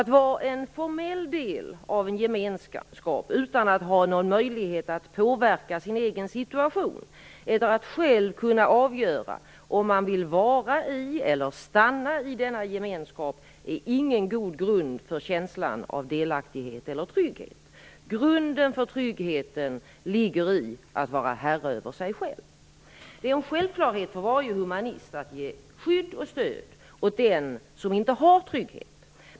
Att vara en formell del av en gemenskap utan att ha någon möjlighet att påverka sin egen situation eller att själv kunna avgöra om man vill vara i eller stanna i denna gemenskap är ingen god grund för känslan av delaktighet eller trygghet. Grunden för tryggheten ligger i att vara herre över sig själv. Det är en självklarhet för varje humanist att ge skydd och stöd åt den som inte har trygghet.